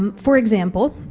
um for example.